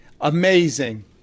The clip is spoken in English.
Amazing